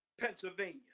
Pennsylvania